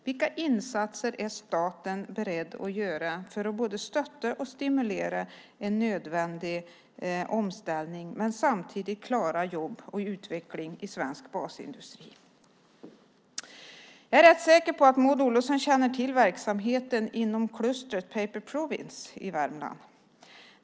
Vilka insatser är staten beredd att göra för att både stötta och stimulera en nödvändig omställning och samtidigt klara jobb och utveckling i svensk basindustri? Jag är rätt säker på att Maud Olofsson känner till verksamheten inom klustret Paper Province i Värmland.